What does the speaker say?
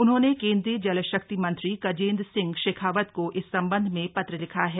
उन्होंने केंद्रीय जलशक्ति मंत्री गजेंद्र सिंह शेखावत को इस संबंध में पत्र लिखा है